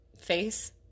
Face